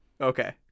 Okay